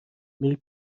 میری